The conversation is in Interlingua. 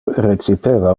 recipeva